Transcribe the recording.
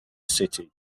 city